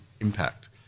impact